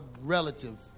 relative